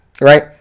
right